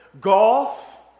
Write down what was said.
golf